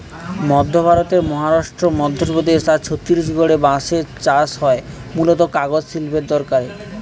মধ্য ভারতের মহারাষ্ট্র, মধ্যপ্রদেশ আর ছত্তিশগড়ে বাঁশের চাষ হয় মূলতঃ কাগজ শিল্পের দরকারে